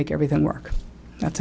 make everything work that's